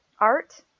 art